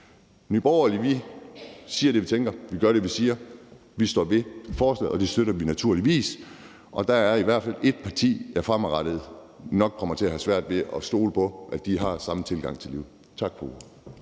Nye Borgerlige siger vi det, vi tænker, og vi gør det, vi siger. Vi står ved forslaget, og vi støtter det naturligvis. Og der er i hvert fald et parti, hvor jeg fremadrettet nok kommer til at have svært ved at stole på, at de har den samme tilgang til livet, som jeg har.